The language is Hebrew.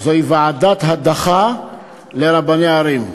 זוהי ועדת הדחה לרבני ערים.